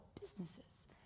businesses